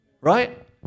Right